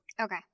Okay